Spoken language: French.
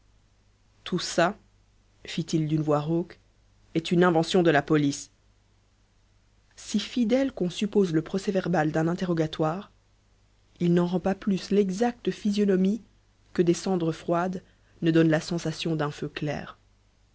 d'une voix rauque est une invention de la police si fidèle qu'on suppose le procès-verbal d'un interrogatoire il n'en rend pas plus l'exacte physionomie que des cendres froides ne donnent la sensation d'un feu clair